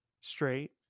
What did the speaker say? straight